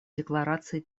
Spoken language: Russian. декларации